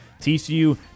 TCU